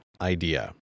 idea